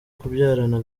kubyarana